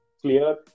clear